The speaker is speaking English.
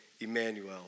Emmanuel